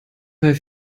bei